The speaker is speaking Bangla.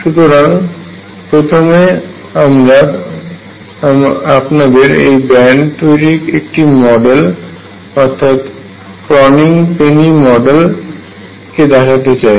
সুতরাং প্রথমে আমরা আপনাদের এই ব্র্যান্ড তৈরীর একটি মডেল অর্থাৎ ক্রনিগ পেনি মডেল কে দেখাতে চাই